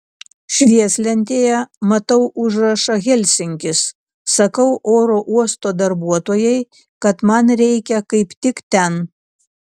švieslentėje matau užrašą helsinkis sakau oro uosto darbuotojai kad man reikia kaip tik ten